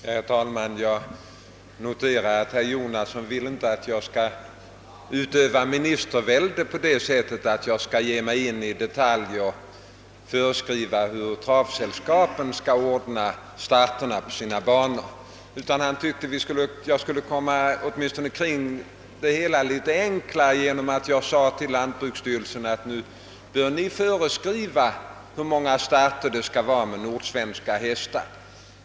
Herr talman! Jag noterar att herr Jonasson inte vill att jag skall utöva ministervälde på det sättet att jag skulle ge mig in på att i detalj föreskriva hur travsällskapen skall ordna starterna på sina banor. Han tyckte att jag skulle kunna ordna det hela litet enklare genom att jag skulle säga till lantbruksstyrelsen, att lantbruksstyrelsen bör föreskriva hur många starter man skall ha med nordsvenska hästar.